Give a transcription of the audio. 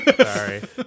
Sorry